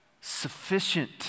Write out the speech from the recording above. Sufficient